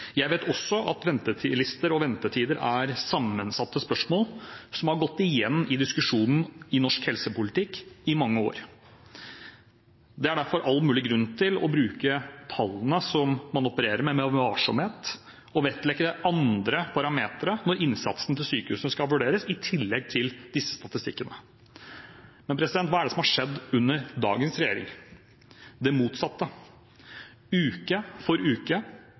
Jeg vet også at ventetidslister og ventetider er sammensatte spørsmål som har gått igjen i diskusjonen i norsk helsepolitikk i mange år. Det er derfor all mulig grunn til å bruke tallene som man opererer med, med varsomhet, og i tillegg til disse statistikkene vektlegge andre parametere når innsatsen til sykehusene skal vurderes. Men hva er det som har skjedd under dagens regjering? Det motsatte. Uke for uke,